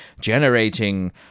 generating